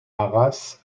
arras